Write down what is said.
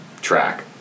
track